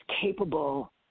capable